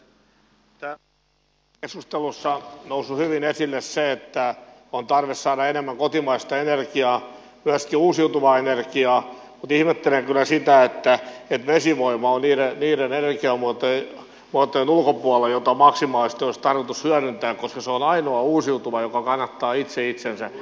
tässä keskustelussa on noussut hyvin esille se että on tarve saada enemmän kotimaista energiaa myöskin uusiutuvaa energiaa mutta ihmettelen kyllä sitä että vesivoima on niiden energiamuotojen ulkopuolella joita maksimaalisesti olisi tarkoitus hyödyntää koska se on ainoa uusiutuva joka kannattaa itse itsensä